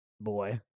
boy